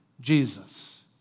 Jesus